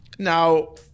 Now